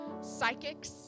psychics